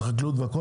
על החקלאות וכו',